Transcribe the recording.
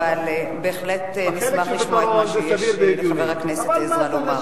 אבל בהחלט נשמח לשמוע מה שיש לחבר הכנסת עזרא לומר.